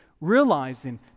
Realizing